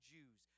Jews